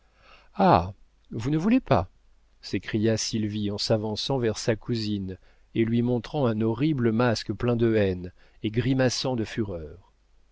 vous ne voulez pas s'écria sylvie en s'avançant vers sa cousine et lui montrant un horrible masque plein de haine et grimaçant de fureur